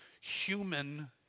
human